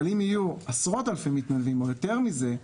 אבל אם יהיו עשרות אלפי מתנדבים או יותר מזה,